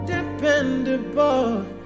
Dependable